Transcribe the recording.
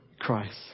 Christ